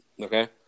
Okay